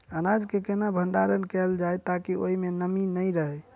अनाज केँ केना भण्डारण कैल जाए ताकि ओई मै नमी नै रहै?